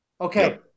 Okay